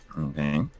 Okay